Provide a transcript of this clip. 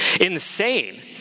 insane